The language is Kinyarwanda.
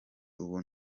ubu